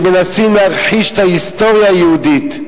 שמנסים להכחיש את ההיסטוריה היהודית,